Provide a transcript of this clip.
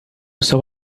sou